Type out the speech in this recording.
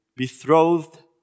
betrothed